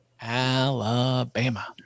Alabama